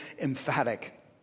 emphatic